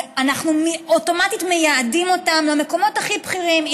אנחנו אוטומטית מייעדים אותם למקומות הכי בכירים,